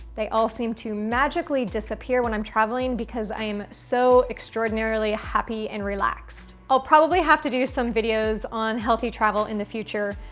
they all seem to magically disappear when i'm traveling, because i am so extraordinarily happy and relaxed. i'll probably have to do some videos on healthy travel in the future,